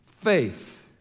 faith